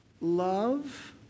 Love